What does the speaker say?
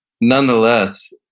nonetheless